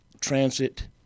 transit